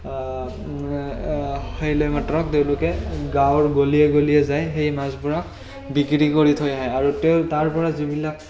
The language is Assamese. হেৰি লৈ মাত্ৰ তেওঁলোকে গাঁৱৰ গলিয়ে গলিয়ে যাই সেই মাছবোৰক বিক্ৰী কৰি থৈ আহে আৰু তেওঁ তাৰপৰা যিবিলাক